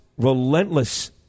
Relentless